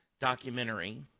documentary